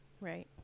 Right